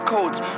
Codes